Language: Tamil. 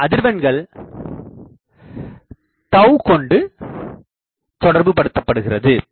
அதன் அதிர்வெண்கள் t கொண்டு தொடர்புபடுத்தப்படுகிறது